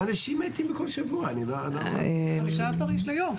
אבל אנשים מתים בכל שבוע, הם לא מחוסנים?